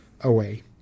away